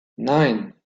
nein